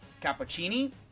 cappuccini